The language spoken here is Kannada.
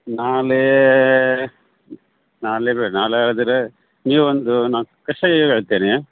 ನಾಳೆ ನಾಳೆ ಬೇಡ ನಾಳೆ ಆದರೆ ನೀವೊಂದು ನಾ ಕಷಾಯ ಹೇಳ್ತೇನೆ